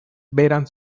veran